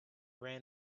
ran